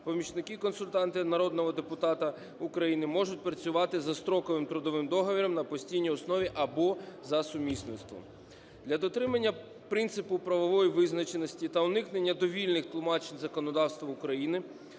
помічники-консультанти народного депутата України можуть працювати за строковим трудовим договором на постійній основі або за сумісництвом. Для дотримання принципу правової визначеності та уникнення довільних тлумачень законодавства України